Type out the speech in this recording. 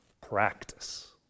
Practice